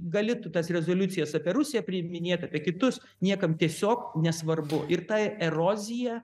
gali tu tas rezoliucijas apie rusiją priiminėt apie kitus niekam tiesiog nesvarbu ir ta erozija